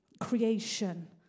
creation